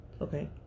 Okay